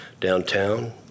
downtown